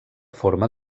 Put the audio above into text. forma